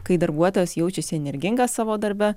kai darbuotojas jaučiasi energingas savo darbe